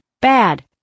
bad